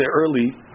early